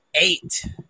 eight